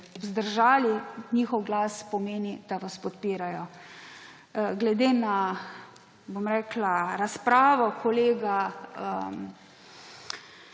vzdržali, njihov glas pomeni, da vas podpirajo. Glede na razpravo kolega